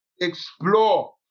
explore